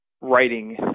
writing